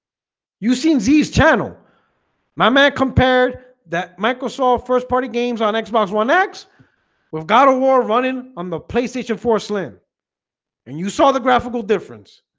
you seen these channel my man compared that microsoft first party games on xbox one x we've got a war running on the playstation four slim and you saw the graphical difference